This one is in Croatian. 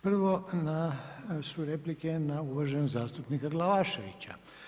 Prvo su replike na uvaženog zastupnika Glavaševića.